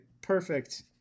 Perfect